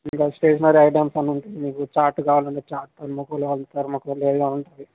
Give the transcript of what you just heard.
ఇంక stationery items అన్నుంటాయి మీకు చార్ట్ కావాలంటే చార్టు దెర్మాకోల్ కావాలంటే దెర్మాకోల్ ఏది కావాలంటే అది